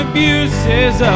Abuses